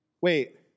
Wait